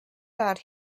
that